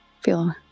feel